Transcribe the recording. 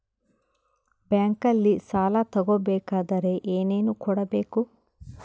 ಬ್ಯಾಂಕಲ್ಲಿ ಸಾಲ ತಗೋ ಬೇಕಾದರೆ ಏನೇನು ಕೊಡಬೇಕು?